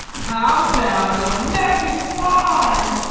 how about a magic wand?